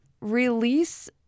release